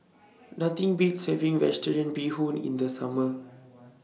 Nothing Beats having Vegetarian Bee Hoon in The Summer